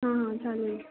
हां हां चालेल